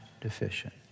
deficient